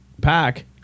pack